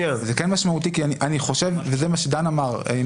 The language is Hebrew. זה כן משמעותי וזה מה שדן אמר.